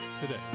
today